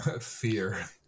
Fear